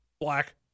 Black